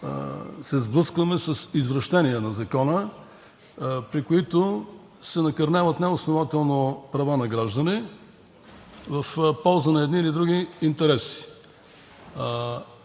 се сблъскваме с извращения на закона, при които се накърняват неоснователно права на граждани в полза на едни или други интереси.